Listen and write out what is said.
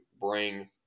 bring